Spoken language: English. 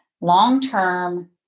long-term